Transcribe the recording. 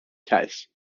case